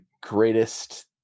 greatest